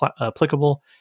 applicable